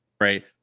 right